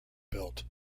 built